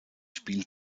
spiel